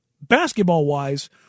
basketball-wise